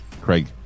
Craig